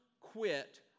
Quit